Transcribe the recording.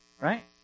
Right